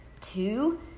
Two